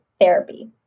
therapy